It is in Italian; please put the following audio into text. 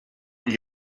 gli